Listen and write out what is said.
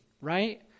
Right